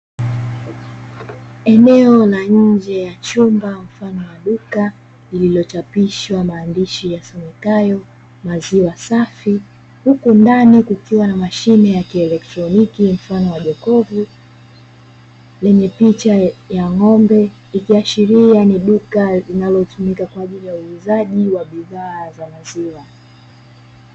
Eneo la nje ya chumba mfano wa duka, lililochapishwa maandishi yasomekayo "maziwa safi", huku ndani kukiwa na mashine ya kielekroniki mfano wa jokofu lenye picha ya ng'ombe. Ikiashiria ni duka linalotumika kwa ajili ya uuzaji wa bidhaa za maziwa.